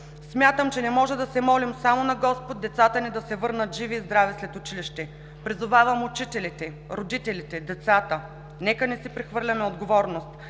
смятам, че не можем да се молим само на господ децата ни да се върнат живи и здрави след училище. Призовавам учителите, родителите, децата – нека не си прехвърляме отговорност,